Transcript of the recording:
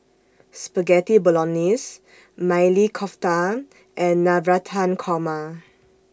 Spaghetti Bolognese Maili Kofta and Navratan Korma